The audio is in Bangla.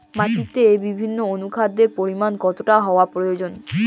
মাটিতে বিভিন্ন অনুখাদ্যের পরিমাণ কতটা হওয়া প্রয়োজন?